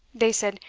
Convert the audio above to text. they said,